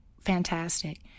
fantastic